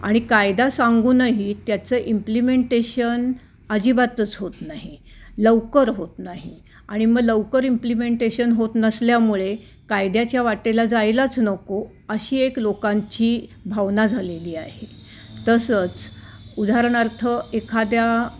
आणि कायदा सांगूनही त्याचं इम्प्लिमेंटेशन अजिबातच होत नाही लवकर होत नाही आणि मग लवकर इम्प्लिमेंटेशन होत नसल्यामुळे कायद्याच्या वाटेला जायलाच नको अशी एक लोकांची भावना झालेली आहे तसंच उदाहरणार्थ एखाद्या